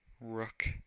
rook